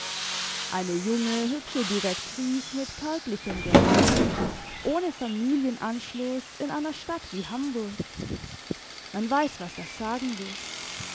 eine junge hübsche direktrice mit kärglichem gehalt ohne familienanschluss in einer stadt wie hamburg man weiss was das sagen will